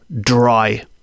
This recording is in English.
dry